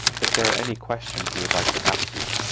if there are any questions you would like to ask me,